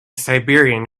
siberian